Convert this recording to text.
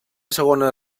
segona